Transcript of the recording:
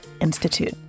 Institute